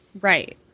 Right